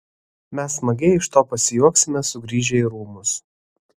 mes smagiai iš to pasijuoksime sugrįžę į rūmus